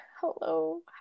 hello